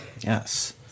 Yes